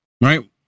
Right